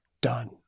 Done